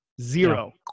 zero